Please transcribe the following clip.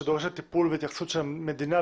שדורשת טיפול והתייחסות של המדינה,